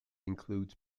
includes